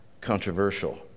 controversial